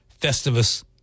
Festivus